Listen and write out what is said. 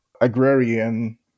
agrarian